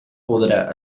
podrà